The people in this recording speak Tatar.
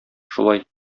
шулай